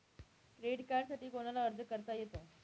Credit कार्डसाठी कोणाला अर्ज करता येतो?